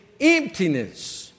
emptiness